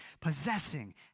possessing